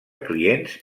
clients